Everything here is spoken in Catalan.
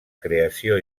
creació